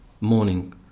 Morning